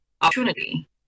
opportunity